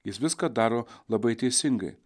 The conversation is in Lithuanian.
jis viską daro labai teisingai